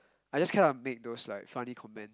I just kind of make those like funny comment